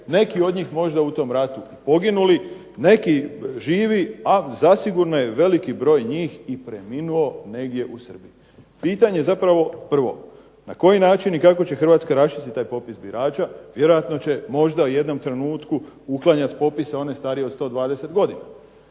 Neki od njih možda u tom ratu poginuli, neki živi ali zasigurno je veliki broj njih i preminuo negdje u Srbiji. Pitanje zapravo prvo. Na koji način i kako će Hrvatska raščistiti taj popis birača? Vjerojatno će možda u jednom trenutku uklanjati s popisa one starije od 120 godina.